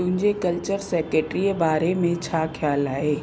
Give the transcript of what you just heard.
मुंहिंजे culture secretary बारे में छा ख़्यालु आहे